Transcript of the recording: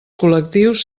col·lectius